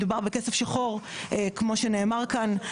מדובר בכסף שחור כמו שנאמר כאן.